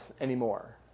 anymore